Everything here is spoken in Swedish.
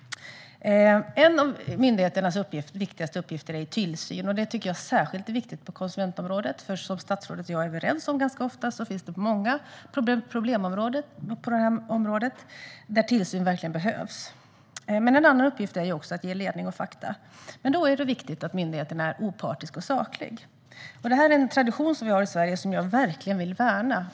En av myndigheternas viktigaste uppgifter är tillsyn. Det är särskilt viktigt på konsumentområdet. Som statsrådet och jag är överens om ganska ofta finns det många problemområden på det området där tillsyn verkligen behövs. En annan uppgift är att ge ledning och fakta. Då är det viktigt att myndigheten är opartisk och saklig. Det är en tradition som vi har i Sverige som jag verkligen vill värna.